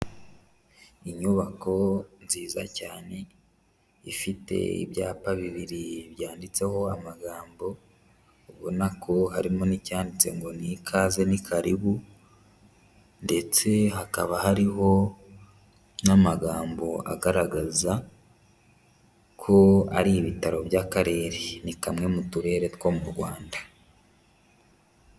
Inyubako nziza cyane, ifite ibyapa bibiri byanditseho amagambo, ubona ko harimo n'icyanditse ngo ni ikaze ni karibu ndetse hakaba hariho n'amagambo agaragaza ko ari ibitaro by'akarere ni kamwe mu turere two mu Rwanda.